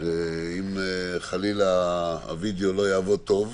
אם חלילה הווידיאו לא יעבוד טוב.